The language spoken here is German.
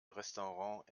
restaurant